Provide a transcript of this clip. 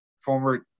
former